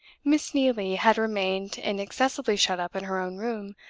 miss neelie had remained inaccessibly shut up in her own room,